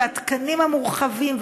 והתקנים המורחבים,